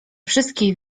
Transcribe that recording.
wszystkie